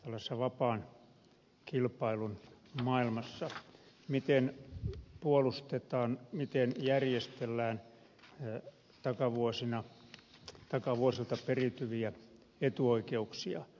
unessa vapaan kilpailun maailmassa miten puolustetaan miten järjestellään takavuosilta periytyviä etuoikeuksia